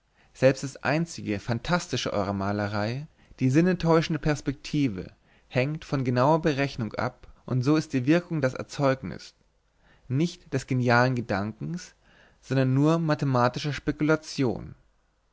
selbst das einzige fantastische eurer malerei die sinnetäuschende perspektive hängt von genauer berechnung ab und so ist die wirkung das erzeugnis nicht des genialen gedankens sondern nur mathematischer spekulation